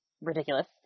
ridiculous